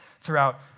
throughout